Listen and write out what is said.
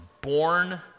born